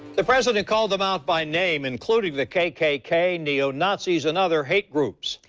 the president called them out by name including the kkk, neo-nazis and other hate groups.